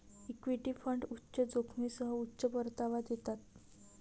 equity fund उच्च जोखमीसह उच्च परतावा देतात